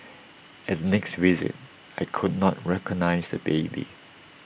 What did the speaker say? at next visit I could not recognise the baby